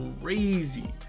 crazy